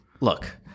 look